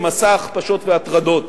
למסע הכפשות והטרדות.